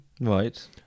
Right